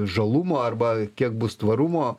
žalumo arba kiek bus tvarumo